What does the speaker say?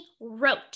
wrote